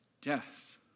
death